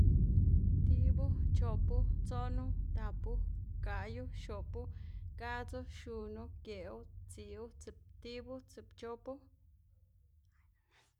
tibu, chopu, tsonu, tapu, gaꞌyu, xopu, gadzu, xunu, geꞌwu, tsiꞌwu, tsiꞌptibu, tsiꞌpchopu.